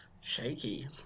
shaky